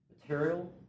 Material